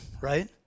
right